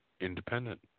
independent